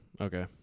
okay